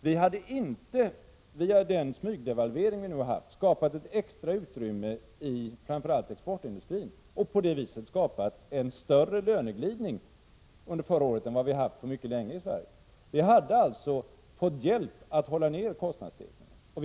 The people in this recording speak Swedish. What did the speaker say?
Vi hade inte via den smygdevalvering som nu har skett skapat ett extra utrymme i framför allt exportindustrin och på det viset fått en större löneglidning under förra året än vi haft på mycket länge i Sverige. Vi hade fått hjälp att dämpa kostnadsstegringen.